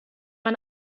man